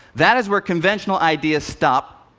that is where conventional ideas stop.